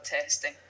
testing